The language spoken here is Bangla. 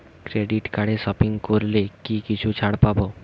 ক্রেডিট কার্ডে সপিং করলে কি কিছু ছাড় পাব?